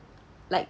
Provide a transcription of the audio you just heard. like